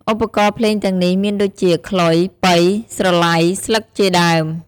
ឧបករណ៍ភ្លេងទាំងនេះមានដូចជា ខ្លុយ ប៉ី ស្រឡៃ ស្លឹកជាដើម។